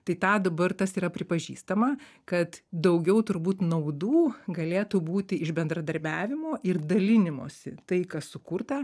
tai tą dabar tas yra pripažįstama kad daugiau turbūt naudų galėtų būti iš bendradarbiavimo ir dalinimosi tai kas sukurta